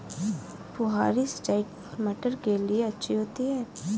फुहारी सिंचाई मटर के लिए अच्छी होती है?